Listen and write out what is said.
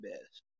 best